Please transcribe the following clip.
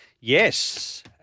Yes